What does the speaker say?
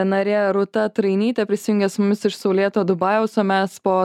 narė rūta trainytė prisijungė su mumis iš saulėto dubajaus o mes po